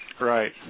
Right